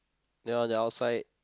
ya on the outside